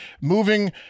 moving